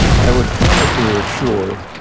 i would try to assure